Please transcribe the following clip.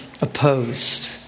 opposed